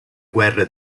guerra